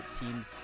teams